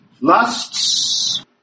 Lusts